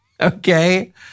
Okay